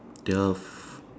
twelve